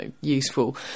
useful